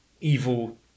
Evil